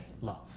love